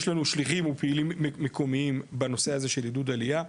יש לנו שליחים ופעילים מקומיים בנושא הזה של עידוד עלייה,